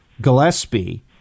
Gillespie